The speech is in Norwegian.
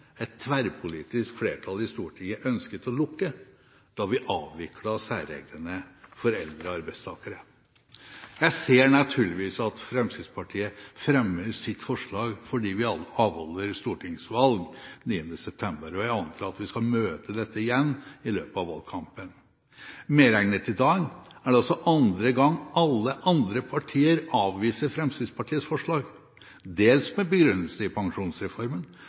et tverrpolitisk flertall i Stortinget ønsket å lukke da vi avviklet særreglene for eldre arbeidstakere. Jeg ser naturligvis at Fremskrittspartiet fremmer sitt forslag fordi vi avholder stortingsvalg 9. september, og jeg antar at vi skal møte dette igjen i løpet av valgkampen. Medregnet i dag er det også andre gang alle andre partier avviser Fremskrittspartiets forslag, dels med begrunnelse i pensjonsreformen,